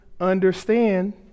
understand